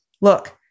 look